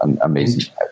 amazing